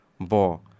Bo